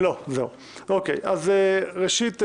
ראשית,